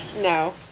no